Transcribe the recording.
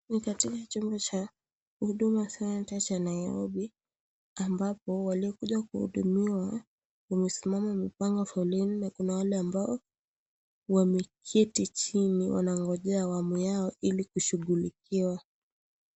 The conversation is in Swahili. Ni katika chumba cha Huduma Centre cha Nairobi, ambapo waliokuja kuhudumiwa, wamesimama wamepanga foleni na kuna wale ambao wameketi chini wanangojea awamu yao ili kushughulikiwa.